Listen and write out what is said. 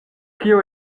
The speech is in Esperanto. kio